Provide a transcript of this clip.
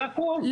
זה הכול,